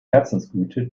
herzensgüte